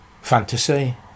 fantasy